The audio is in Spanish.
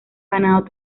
ganado